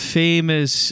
famous